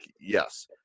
yes